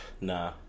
Nah